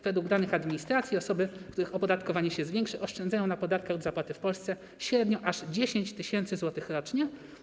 Według danych administracji osoby, których opodatkowanie się zwiększy, oszczędzają na podatkach do zapłaty w Polsce średnio aż 10 tys. zł rocznie.